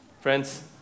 Friends